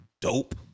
dope